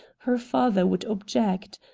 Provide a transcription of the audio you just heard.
her father would object.